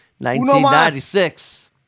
1996